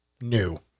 new